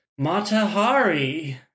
Matahari